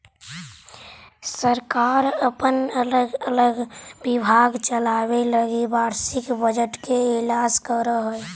सरकार अपन अलग अलग विभाग चलावे लगी वार्षिक बजट के ऐलान करऽ हई